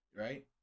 right